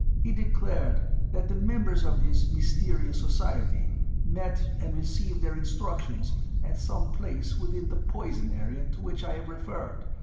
he declared that the members of this mysterious society met and received their instructions at some place within the poison area to which i have referred,